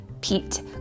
Pete